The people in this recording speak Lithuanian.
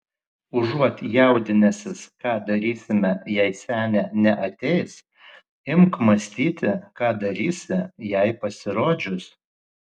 užuot jaudinęsis ką darysime jei senė neateis imk mąstyti ką darysi jai pasirodžius